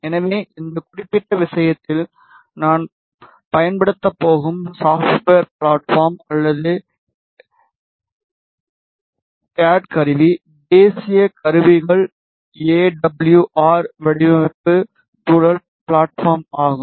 எனவே இந்த குறிப்பிட்ட விஷயத்தில் நாம் பயன்படுத்தப் போகும் சாப்ட்வேர் ப்ளாட்பார்ம் அல்லது சிஏடி கருவி தேசிய கருவிகள் எடபுள்யூஆர் வடிவமைப்பு சூழல் ப்ளாட்பார்ம் ஆகும்